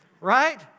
Right